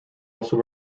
also